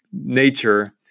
Nature